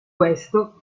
questo